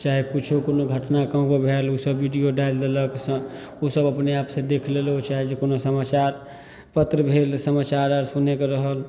चाहे किछु कोनो घटना कहुँके भेल ओसब वीडिओ डालि देलक सब ओसब अपने आपसे देखि लेलहुँ चाहे जे कोनो समाचारपत्र भेल समाचार आर सुनैके रहल